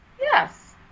Yes